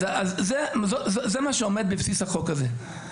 זה מה שעומד בבסיס החוק הזה.